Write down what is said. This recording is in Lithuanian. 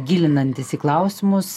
gilinantis į klausimus